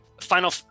final